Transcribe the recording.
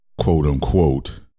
quote-unquote